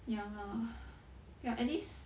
ya lah ya at least